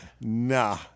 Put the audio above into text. Nah